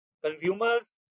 consumers